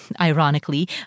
ironically